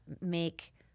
make